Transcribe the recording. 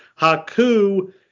Haku